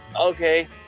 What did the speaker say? okay